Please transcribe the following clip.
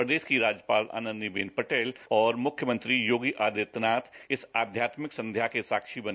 प्रदेश की राज्यपाल आनंदीबेन पटेल और मुख्यमंत्री योगी आदित्यनाथ भी इस आध्यात्मिक संध्या के साक्षी बने